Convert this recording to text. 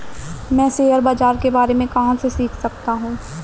मैं शेयर बाज़ार के बारे में कहाँ से सीख सकता हूँ?